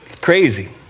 Crazy